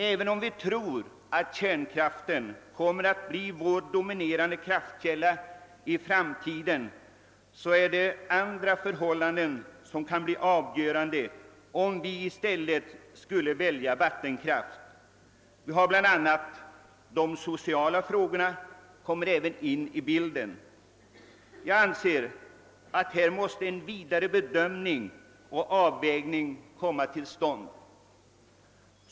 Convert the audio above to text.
även om vi tror att kärnkraften kommer att bli vår dominerande kraftkälla i framtiden, kan dock andra förhållanden bli avgörande för om vi i stället skall välja vattenkraft. Bland annat kommer de sociala frågorna in i bilden. Jag anser att en vidare bedömning och avvägning här måste komma till stånd.